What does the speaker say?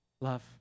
Love